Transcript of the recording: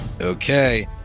okay